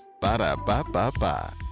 Ba-da-ba-ba-ba